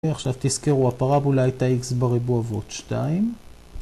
עכשיו תזכרו הפרבולה הייתה x בריבוע ועוד שתיים.